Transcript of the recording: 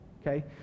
okay